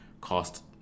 cost